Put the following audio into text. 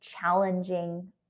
challenging